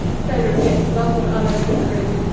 solar eclipse, last one i'll ever see in britain,